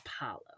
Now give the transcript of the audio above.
Apollo